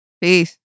Peace